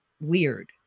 weird